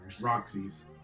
Roxy's